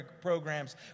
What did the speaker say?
programs